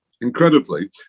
incredibly